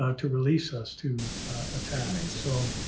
um to release us to attack. so,